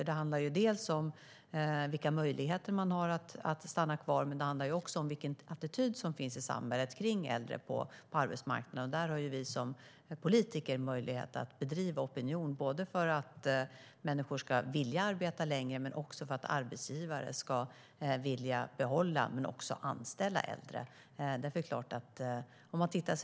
Det handlar dels om vilka möjligheter man har att stanna kvar, dels om vilken attityd som finns i samhället till äldre på arbetsmarknaden. Här har vi som politiker möjlighet att bedriva opinion både för att människor ska vilja arbeta längre och för att arbetsgivare ska vilja behålla och även nyanställa äldre.